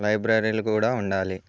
లైబ్రరీలు కూడా ఉండాలి